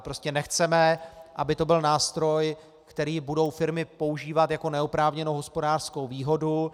Prostě nechceme, aby to byl nástroj, který budou firmy používat jako neoprávněnou hospodářskou výhodu.